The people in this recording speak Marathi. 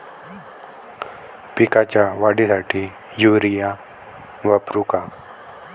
पिकाच्या वाढीसाठी युरिया वापरू का?